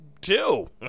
two